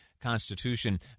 Constitution